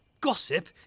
gossip